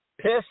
Piss